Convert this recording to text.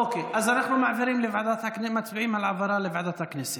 אוקיי, אז אנחנו מצביעים על העברה לוועדת הכנסת.